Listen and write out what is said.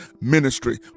ministry